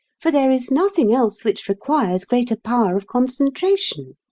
for there is nothing else which requires greater power of concentration.